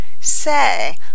Say